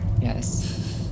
yes